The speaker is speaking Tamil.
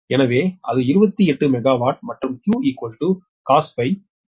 எனவே அது 28 மெகாவாட் மற்றும் Q cos ∅ 0